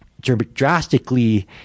drastically